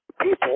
people